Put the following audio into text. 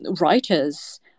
writers